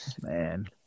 Man